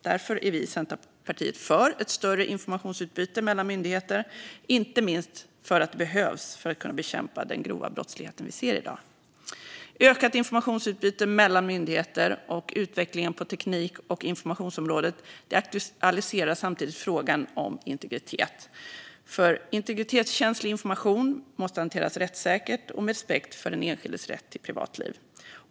Därför är vi i Centerpartiet för ett större informationsutbyte mellan myndigheter, inte minst för att det behövs för att kunna bekämpa den grova brottslighet vi ser i dag. Ökat informationsutbyte mellan myndigheter och utvecklingen på teknik och informationsområdet aktualiserar samtidigt frågan om integritet. Integritetskänslig information måste hanteras rättssäkert och med respekt för den enskildes rätt till privatliv.